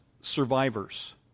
survivors